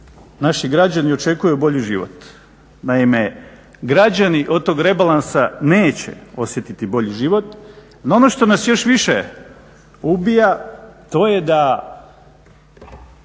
naši građani očekuju bolji život. Naime, građani od tog rebalansa neće osjetiti bolji život, no ono što nas još više ubija to je da